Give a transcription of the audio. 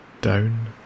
down